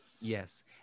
yes